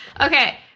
Okay